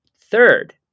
Third